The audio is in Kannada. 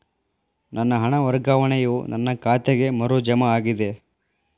ನನ್ನ ಹಣ ವರ್ಗಾವಣೆಯು ನನ್ನ ಖಾತೆಗೆ ಮರು ಜಮಾ ಆಗಿದೆ